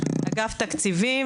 אגף התקציבים,